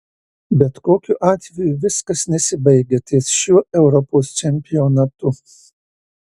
bet kokiu atveju viskas nesibaigia ties šiuo europos čempionatu